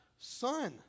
son